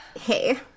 Hey